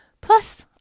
Plus